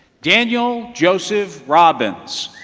daniel joseph robbins.